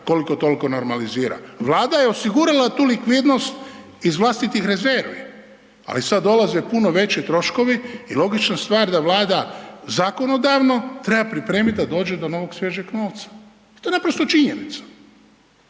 koliko-toliko normalizira. Vlada je osigurala tu likvidnost iz vlastitih rezervi. Ali sad dolaze puno veći troškovi i logična stvar da Vlada zakonodavno treba pripremiti da dođe do novog, svježeg novca. To je naprosto činjenica.